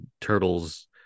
Turtles